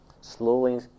slowly